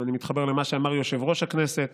אני מתחבר למה שאמר יושב-ראש הכנסת